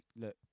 Look